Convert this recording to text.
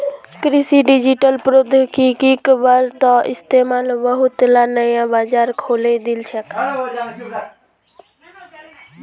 कृषित डिजिटल प्रौद्योगिकिर बढ़ त इस्तमाल बहुतला नया बाजार खोले दिल छेक